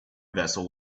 vessel